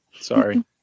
sorry